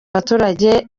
abaturage